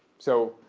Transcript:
so,